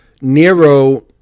Nero